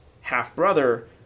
half-brother